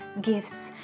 gifts